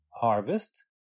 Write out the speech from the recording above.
harvest